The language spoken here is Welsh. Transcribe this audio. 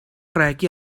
regi